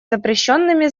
запрещенными